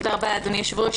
תודה רבה, אדוני היושב-ראש.